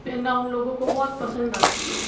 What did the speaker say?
पहन्ना उन लोगों को बहुत पसंद आती है